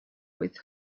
with